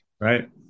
Right